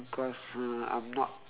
because uh I'm not